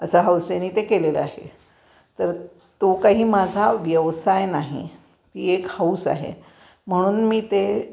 असा हौसेने ते केलेलं आहे तर तो काही माझा व्यवसाय नाही ती एक हौस आहे म्हणून मी ते